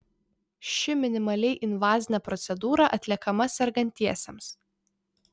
ši minimaliai invazinė procedūra atliekama sergantiesiems